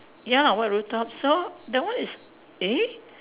ya white roof top so that one is eh